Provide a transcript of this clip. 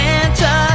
Santa